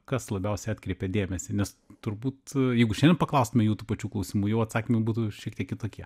kas labiausiai atkreipė dėmesį nes turbūt jeigu šiandien paklaustume jų tų pačių klausimų jau atsakymai būtų šiek tiek kitokie